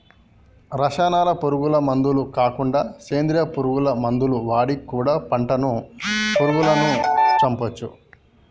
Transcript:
రసాయనాల పురుగు మందులు కాకుండా సేంద్రియ పురుగు మందులు వాడి కూడా పంటను పురుగులను చంపొచ్చు